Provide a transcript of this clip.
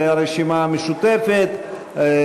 שי פירון,